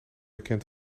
bekend